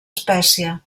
espècie